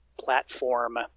platform